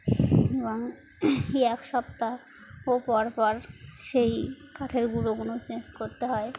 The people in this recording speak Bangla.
এবং এক সপ্তাহ পর পর সেই কাঠের গুঁড়ো গুলোও চেঞ্জ করতে হয়